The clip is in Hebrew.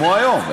כמו היום.